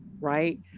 right